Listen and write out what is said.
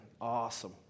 awesome